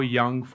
young